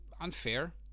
unfair